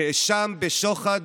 נאשם בשוחד,